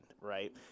right